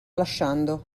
lasciando